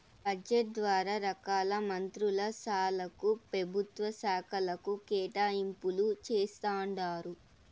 budget ద్వారా రకాల మంత్రుల శాలకు, పెభుత్వ శాకలకు కేటాయింపులు జేస్తండారు